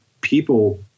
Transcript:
people